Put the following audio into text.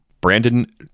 Brandon